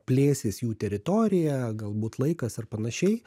plėsis jų teritorija galbūt laikas ir panašiai